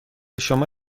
شما